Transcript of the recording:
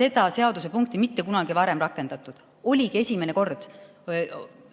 seda seadusepunkti mitte kunagi varem rakendatud. Oligi esimene kord, lõimegi